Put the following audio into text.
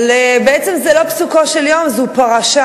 אבל בעצם זה לא פסוקו של יום, זו פרשה.